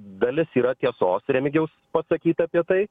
dalis yra tiesos remigijaus pasakyta apie tai